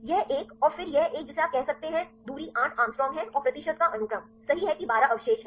यह एक और फिर यह एक जिसे आप कह सकते हैं दूरी आठ एंगस्ट्रॉम है और प्रतिशत का अनुक्रम सही है कि 12 अवशेष हैं